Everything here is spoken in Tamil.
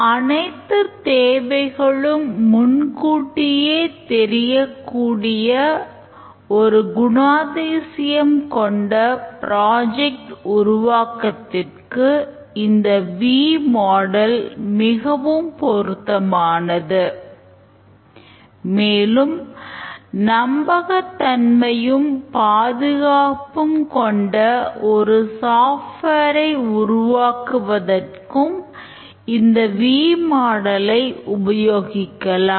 அனைத்துத் தேவைகளும் முன்கூட்டியே தெரியக்கூடிய ஒரு குணாதிசயம் கொண்ட ப்ராஜெக்ட் உபயோகிக்கலாம்